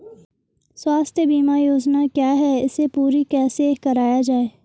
स्वास्थ्य बीमा योजना क्या है इसे पूरी कैसे कराया जाए?